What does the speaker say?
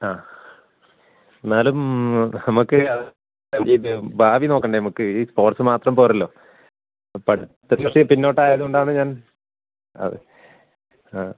ആ എന്നാലും നമ്മൾക്ക് ഇത് ഭാവി നോക്കണ്ടേ നമ്മൾക്ക് ഈ സ്പോർട്സ് മാത്രം പോരല്ലോ പഠിത്തത്തിൽ പിന്നോട്ടായത് കൊണ്ടാണ് ഞാൻ അതെ ആ